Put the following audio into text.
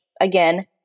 again